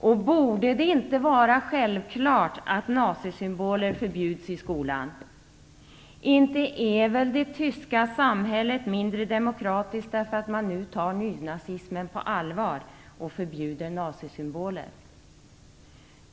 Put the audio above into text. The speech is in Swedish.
Och borde det inte vara självklart att nazisymboler förbjuds i skolan? Inte är väl det tyska samhället mindre demokratiskt därför att man nu tar nynazismen på allvar och förbjuder nazisymboler?